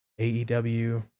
AEW